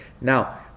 Now